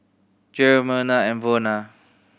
Jerrel Merna and Zona